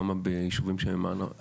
כמה ביישובים שאינן ערביים?